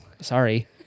sorry